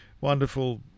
wonderful